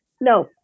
No